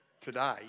today